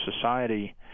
society